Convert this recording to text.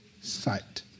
Sight